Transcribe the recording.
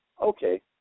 okay